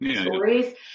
stories